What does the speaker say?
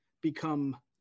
become